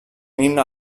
himne